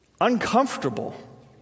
Uncomfortable